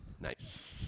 Nice